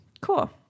Cool